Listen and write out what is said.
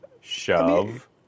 shove